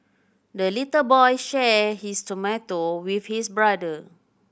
the little boy shared his tomato with his brother